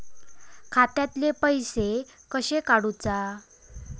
खात्यातले पैसे कशे काडूचा?